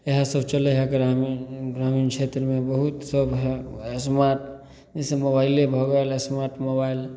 इएह सब चलै है ग्रामीण ग्रामीण क्षेत्रमे बहुत सब है स्मार्ट जैसे मोबाइले भऽ गेल स्मार्ट मोबाइल